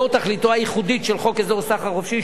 לאור תכליתו הייחודית של חוק אזור סחר חופשי,